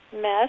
mess